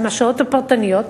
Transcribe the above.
עם השעות הפרטניות,